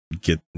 get